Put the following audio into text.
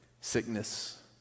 Sickness